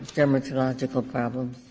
dermatological problems.